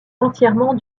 entièrement